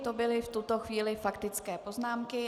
To byly v tuto chvíli faktické poznámky.